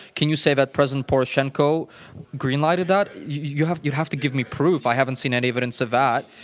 can you say that president poroshenko greenlighted that? you'd have you'd have to give me proof. i haven't seen any evidence of that.